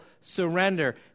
surrender